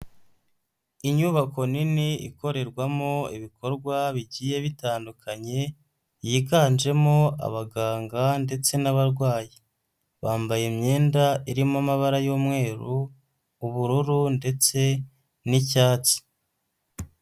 Inyubako nini ikorerwamo ibikorwa bigiye bitandukanye, yiganjemo abaganga ndetse n'abarwayi, bambaye imyenda irimo amabara y'umweru, ubururu ndetse n'icyatsi.